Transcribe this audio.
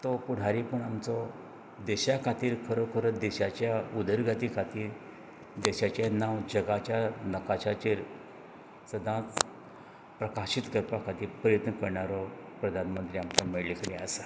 तो पुडारी पण आमचो देशां खातीर खरोखर देशांच्या उदरगती खातीर देशाचें नांव जगाच्या नकाशाचेर सदांच प्रकाशीत करपा खातीर प्रयत्न करणारो प्रधानमंत्री आमकां मेळ्ळल्ले कडेन आसा